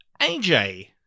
aj